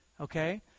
Okay